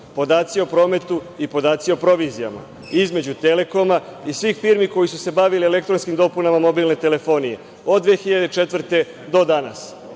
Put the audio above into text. podaci o prometu i podaci o provizijama između „Telekoma“ i svih firmi koje su se bavile elektronskim dopunama mobilne telefonije od 2004. godine